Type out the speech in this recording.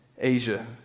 Asia